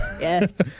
Yes